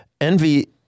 Envy